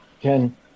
Ken